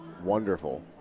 wonderful